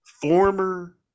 former